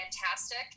fantastic